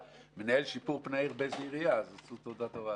מנהל שיפור פני העיר באיזושהי עירייה אז עשו תעודת הוראה.